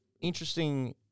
Interesting